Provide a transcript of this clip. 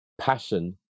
passion